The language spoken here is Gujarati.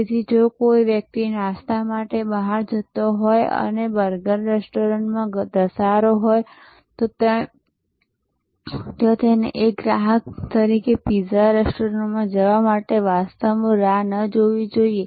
તેથી જો કોઈ વ્યક્તિ નાસ્તા માટે બહાર જતો હોય અને બર્ગર રેસ્ટોરન્ટમાં ધસારો હોય તો તેને એક ગ્રાહક તરીકે પિઝા રેસ્ટોરન્ટમાં જવા માટે વાસ્તવમાં રાહ જોવી ન જોઈએ